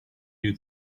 you